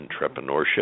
entrepreneurship